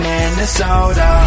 Minnesota